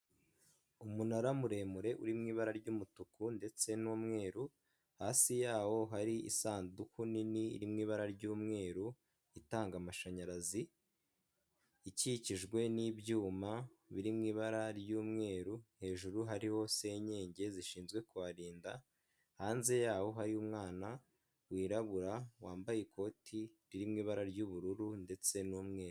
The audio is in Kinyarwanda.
Umunara muremure uri mw’ibara ry'umutuku ndetse n'umweru, hasi yawo hari isanduku nini iri mw’ibara ry'umweru itanga amashanyarazi ikikijwe n'ibyuma biri mw’ibara ry'umweru, hejuru hariho senyenge zishinzwe kuharinda. Hanze yawo hariy'umwana wirabura wambaye ikoti riri mw’ibara ry'ubururu ndetse n'umweru.